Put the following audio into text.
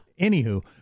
Anywho